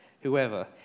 whoever